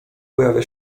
pojawia